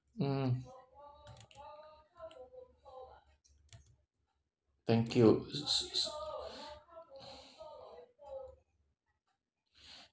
mm thank you s~ s~ s~